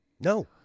no